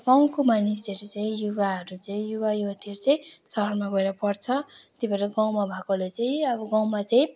गाउँको मानिसहरू चाहिँ युवाहरू चाहिँ युवायुवतीहरू चाहिँ सहरमा गएर पढ्छ त्यही भएर गाउँमा भएकोलाई चाहिँ अब गाउँमा चाहिँ